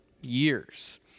years